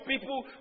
people